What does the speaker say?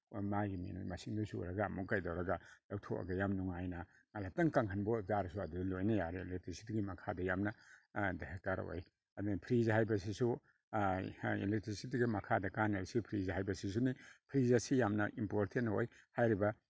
ꯃꯥꯒꯤ ꯃꯤꯅꯤꯠ ꯃꯁꯤꯡꯗꯨ ꯁꯨꯔꯒ ꯑꯃꯨꯛ ꯀꯩꯗꯧꯔꯒ ꯂꯧꯊꯣꯛꯑꯒ ꯌꯥꯝ ꯅꯨꯡꯉꯥꯏꯅ ꯉꯍꯥꯛꯇꯪ ꯀꯪꯍꯟꯕ ꯑꯣꯏ ꯇꯥꯔꯒꯁꯨ ꯑꯗꯨꯗ ꯂꯣꯏꯅ ꯌꯥꯔꯦ ꯑꯦꯂꯦꯛꯇ꯭ꯔꯤꯁꯤꯇꯤꯒꯤ ꯃꯈꯥꯗ ꯌꯥꯝꯅ ꯗꯔꯀꯥꯔ ꯑꯣꯏ ꯑꯗꯨꯅ ꯐ꯭ꯔꯤꯖ ꯍꯥꯏꯕꯁꯤꯁꯨ ꯑꯦꯂꯦꯛꯇ꯭ꯔꯤꯁꯤꯇꯤꯒꯤ ꯃꯈꯥꯗ ꯀꯥꯅꯔꯤꯁꯤ ꯐ꯭ꯔꯤꯖ ꯍꯥꯏꯕꯁꯤꯁꯨꯅꯤ ꯐ꯭ꯔꯤꯖ ꯑꯁꯤ ꯌꯥꯝꯅ ꯏꯝꯄꯣꯔꯇꯦꯟ ꯑꯣꯏ ꯍꯥꯏꯔꯤꯕ